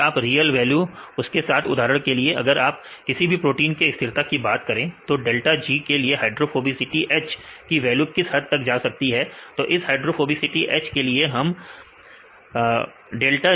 अगर आप real value उसके साथ चले उदाहरण के लिए अगर आप किसी प्रोटीन के स्थिरता की बात करें तो डेल्टा G के लिए हाइड्रोफोबिसिटी H की वैल्यू किस हद तक जा सकती है तो इस हाइड्रोफोबिसिटी H के लिए हमें विपिन डेल्टा G मिलेंगे